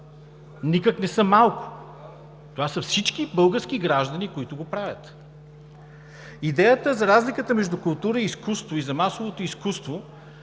Никак не са малко! Това са всички български граждани, които го правят. Идеята за разликата между култура и изкуство и масовото изкуство